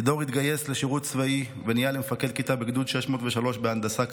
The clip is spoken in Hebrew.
לידור התגייס לשירות צבאי ונהיה למפקד כיתה בגדוד 603 בהנדסה קרבית.